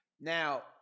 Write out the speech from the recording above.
Now